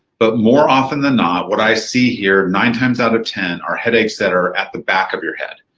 but more often than not, what i see here nine times out of ten are the headaches that are at the back of your head.